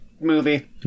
movie